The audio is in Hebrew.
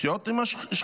לחיות עם שכנינו.